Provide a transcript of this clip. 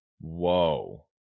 Whoa